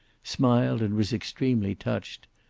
smiled and was extremely touched.